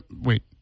wait